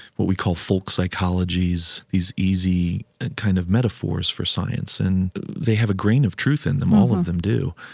what we call folk psychologies, these easy kind of metaphors for science. and they have a grain of truth in them. all of them do,